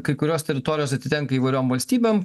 kai kurios teritorijos atitenka įvairiom valstybėm